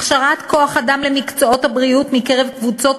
הכשרת כוח-אדם למקצועות הבריאות מקרב קבוצות